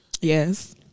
Yes